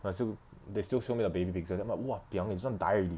my still they still show me the baby picture then I'm like !wah! piang eh this [one] die already